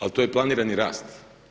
Ali to je planirani rast.